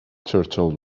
turtle